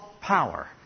power